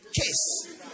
case